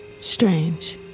Strange